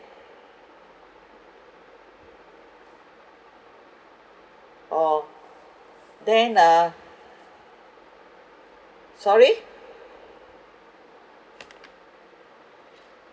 orh then uh sorry